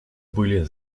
были